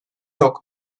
yok